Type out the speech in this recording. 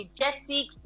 energetic